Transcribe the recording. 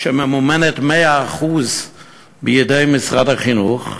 שממומנת 100% בידי משרד החינוך?